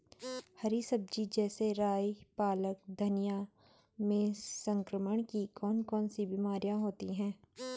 हरी सब्जी जैसे राई पालक धनिया में संक्रमण की कौन कौन सी बीमारियां होती हैं?